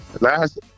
Last